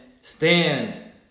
stand